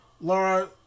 Laura